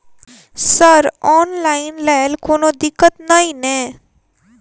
Sir online लैल कोनो दिक्कत न ई नै?